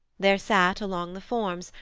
there sat along the forms,